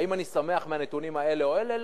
האם אני שמח מהנתונים האלה או האלה?